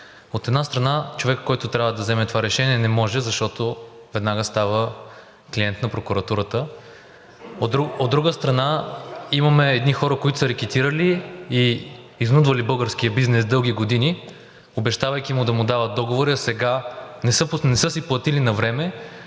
От една страна, човекът, който трябва да вземе това решение, не може, защото веднага става клиент на прокуратурата. От друга страна, имаме едни хора, които са рекетирали и изнудвали българския бизнес дълги години, обещавайки му да му дават договори. А сега не са си платили навреме,